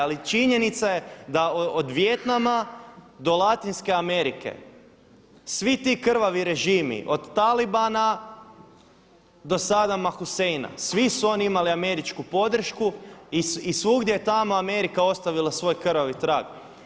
Ali činjenica je da od Vijetnama do Latinske Amerike svi ti krvavi režimi od talibana do Sadama Huseina svi su oni imali američku podršku i svugdje je tamo Amerika ostavila svoj krvavi trag.